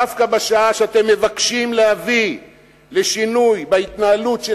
דווקא בשעה שאתם מבקשים להביא לשינוי בהתנהלות של